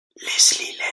leslie